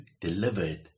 delivered